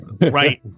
Right